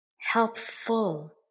helpful